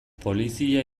polizia